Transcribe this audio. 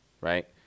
Right